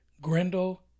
Grendel